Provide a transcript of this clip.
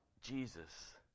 Jesus